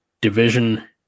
division